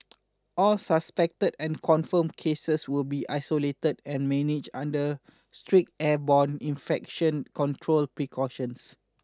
all suspected and confirmed cases will be isolated and managed under strict airborne infection control precautions